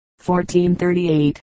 1438